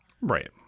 Right